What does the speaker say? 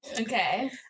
okay